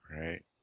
right